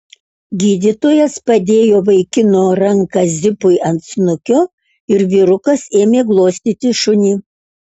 gydytojas padėjo vaikino ranką zipui ant snukio ir vyrukas ėmė glostyti šunį